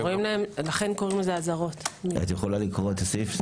תוכלי לקרוא את הסעיף?